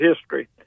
history